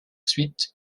suite